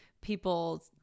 people